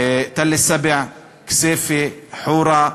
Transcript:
תל-אלסבע, כסייפה, חורה,